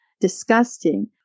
disgusting